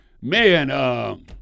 Man